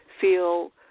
feel